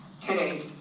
Today